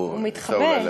הוא מתחבא.